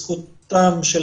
מה זה